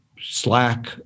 Slack